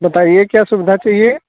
बताइए क्या सुविधा चाहिए